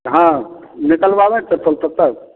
हाँ निकलवाने चप्पल तब तक